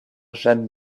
jeanne